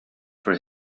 for